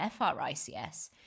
FRICS